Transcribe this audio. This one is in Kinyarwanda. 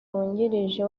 wungirije